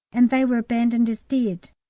and they were abandoned as dead.